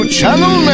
Channel